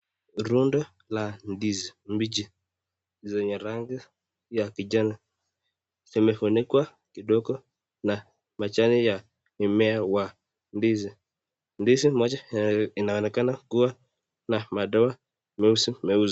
Rundo la ndizi mbichi zenye rangi ya kijani, zimefunikwa kidogo na majani ya mimea wa ndizi, ndizi moja inaonekana kuwa na madoa meusi meusi.